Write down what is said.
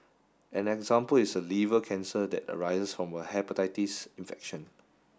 an example is a liver cancer that arises from a hepatitis infection